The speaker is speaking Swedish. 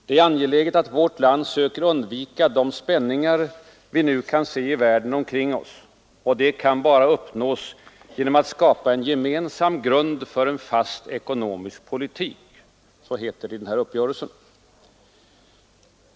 Det är angeläget att vårt land söker undvika de spänningar ”vi nu kan se i världen omkring oss”. Detta kan endast uppnås genom att ”skapa en gemensam grund för en fast ekonomisk politik” — heter det vidare i denna uppgörelse.